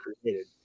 created